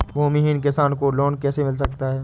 भूमिहीन किसान को लोन कैसे मिल सकता है?